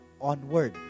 onward